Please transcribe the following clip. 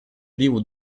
privo